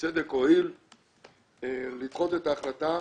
בצדק הואיל לדחות את ההחלטה